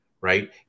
right